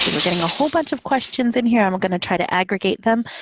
and we're getting a whole bunch of questions in here. i'm going to try to aggregate them.